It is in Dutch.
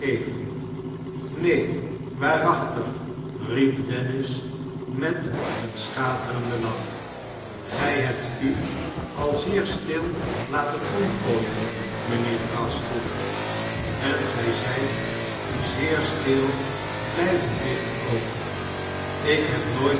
neen waarachtig riep dennis met een schaterenden lach gij hebt u al zeer stil laten omgooien mijnheer gashford en gij zijt zeer stu blijven liggen ook ik heb nooit